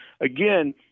again